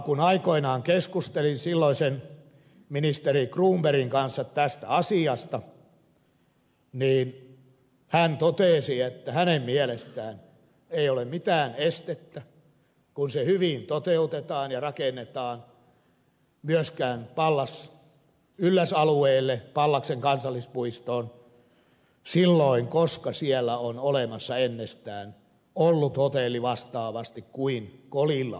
kun aikoinaan keskustelin silloisen ministeri cronbergin kanssa tästä asiasta niin hän totesi että hänen mielestään ei ole mitään estettä kun hyvin toteutetaan ja rakennetaan myöskään pallasylläs alueella pallaksen kansallispuistossa silloin koska siellä on ollut ennestään hotelli vastaavasti kuin kolilla on ollut